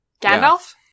Gandalf